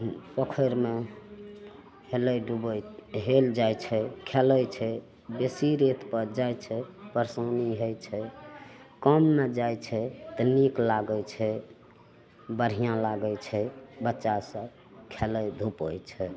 पोखरिमे हेलय डूबय हेल जाइ छै खेलय छै बेसी रेतपर जाइ छै परशानी होइ छै कममे जाइ छै तऽ नीक लागय छै बढ़िआँ लागय छै बच्चा सब खेलय धुपय छै